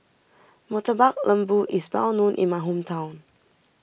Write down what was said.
Murtabak Lembu is well known in my hometown